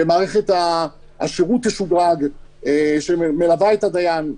ומערכת השירות שמלווה את הדיין תשודרג.